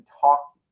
talk